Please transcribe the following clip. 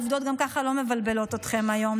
עובדות גם ככה לא מבלבלות אתכם היום,